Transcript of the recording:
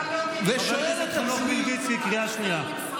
למה לא, חבר הכנסת חנוך מלביצקי, קריאה שנייה.